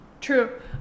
True